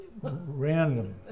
Random